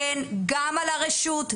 כן גם על הרשות,